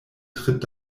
tritt